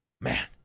man